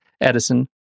Edison